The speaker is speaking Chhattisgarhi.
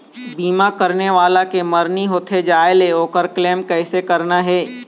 बीमा करने वाला के मरनी होथे जाय ले, ओकर क्लेम कैसे करना हे?